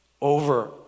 over